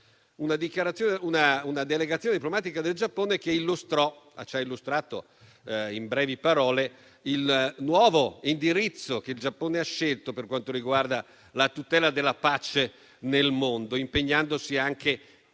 una delegazione diplomatica del Giappone, che ci ha illustrato brevemente il nuovo indirizzo che ha scelto per quanto riguarda la tutela della pace nel mondo, impegnandosi anche